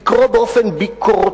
לקרוא טקסטים באופן ביקורתי.